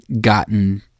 gotten